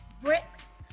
bricks